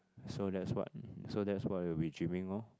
so that's what so that's why I'll be orh